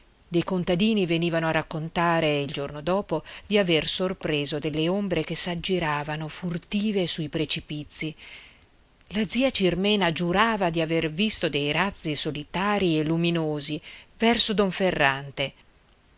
dei contadini venivano a raccontare il giorno dopo di aver sorpreso delle ombre che s'aggiravano furtive sui precipizi la zia cirmena giurava di aver visto dei razzi solitarii e luminosi verso donferrante